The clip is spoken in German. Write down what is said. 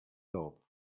glaubt